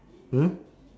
hmm